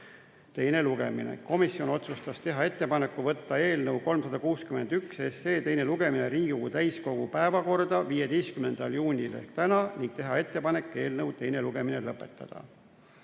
teine lugemine. Komisjon otsustas teha ettepaneku võtta eelnõu 361 teine lugemine Riigikogu täiskogu päevakorda 15. septembriks ehk tänaseks ning teha ettepanek teine lugemine lõpetada.